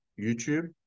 YouTube